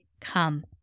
come